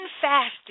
fasting